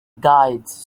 guides